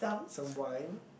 some wine